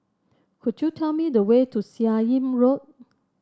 could you tell me the way to Seah Im Road